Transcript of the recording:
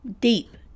deep